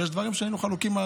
ויש דברים שהיינו חלוקים,